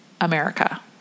America